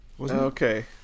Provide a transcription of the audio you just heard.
Okay